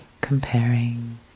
comparing